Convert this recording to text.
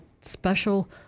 special